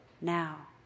Now